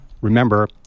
remember